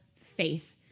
faith